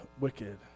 wicked